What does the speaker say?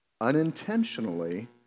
unintentionally